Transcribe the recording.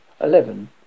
Eleven